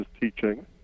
teaching